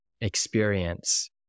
experience